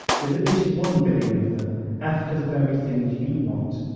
with at least one billion of them after the very things you want,